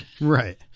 Right